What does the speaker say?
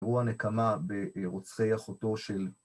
והוא הנקמה ברוצחי אחותו של...